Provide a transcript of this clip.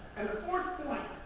and the fourth point,